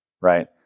right